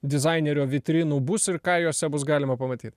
dizainerio vitrinų bus ir ką jose bus galima pamatyt